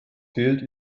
fehlt